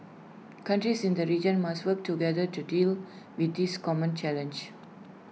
countries in the region must work together to deal with this common challenge